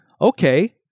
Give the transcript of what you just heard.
Okay